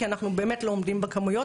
כי אנחנו באמת לא עומדים בכמויות.